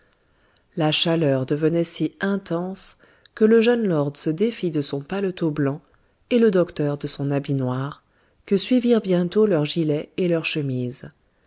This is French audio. la chaleur devenait si intense que le jeune lord se défit de son paletot blanc et le docteur de son habit noir que suivirent bientôt leur gilet et leur chemise